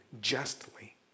justly